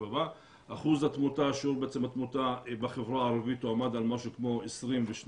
אחוז התמותה בחברה הערבית עמד על משהו כמו 22%,